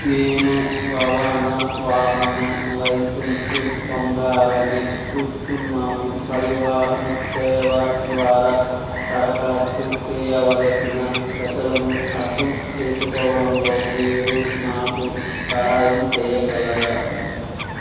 నేను రవాణా వాహనం లైసెన్సు పొందాలని చూస్తున్నాను పరివాహన్ సేవ ద్వారా దరఖాస్తు చేయవలసిన దశలను అర్థం చేసుకోవడంలో మీరు నాకు సహాయం చేయగలరా